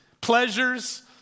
pleasures